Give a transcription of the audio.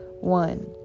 One